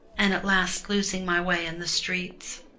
and at last losing my way in the streets.